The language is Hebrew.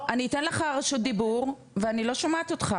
אני אתן לך רשות דיבור ואני לא שומעת אותך